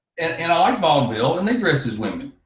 and and i bought bill and they dressed as women.